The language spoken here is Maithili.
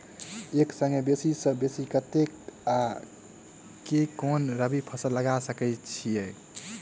एक संगे बेसी सऽ बेसी कतेक आ केँ कुन रबी फसल लगा सकै छियैक?